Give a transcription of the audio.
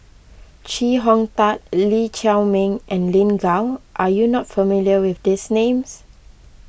Chee Hong Tat Lee Chiaw Meng and Lin Gao are you not familiar with these names